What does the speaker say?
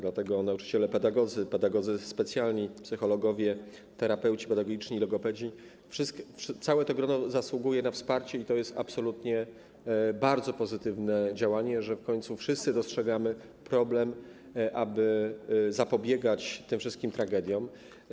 Dlatego nauczyciele pedagodzy, pedagodzy specjalni, psychologowie, terapeuci pedagogiczni, logopedzi, całe to grono zasługuje na wsparcie i to jest absolutnie bardzo pozytywne działanie, że w końcu wszyscy dostrzegamy problem, aby zapobiegać tym wszystkim tragediom.